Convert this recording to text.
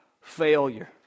failure